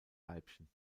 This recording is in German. weibchen